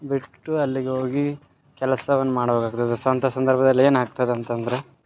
ಬಿಟ್ಟು ಅಲ್ಲಿಗೆ ಹೋಗಿ ಕೆಲಸವನ್ನ ಮಾಡಬೇಕಾಗ್ತದೆ ಸೊ ಅಂಥ ಸಂದರ್ಭದಲ್ಲಿ ಏನಾಗ್ತದೆ ಅಂತಂದರೆ